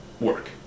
work